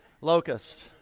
Locust